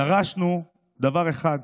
דרשנו דבר אחד,